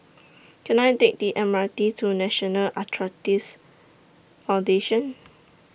Can I Take The M R T to National Arthritis Foundation